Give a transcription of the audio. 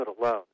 alone